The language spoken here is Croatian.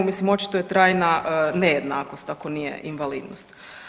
Mislim očito je trajna nejednakost ako nije invalidnost.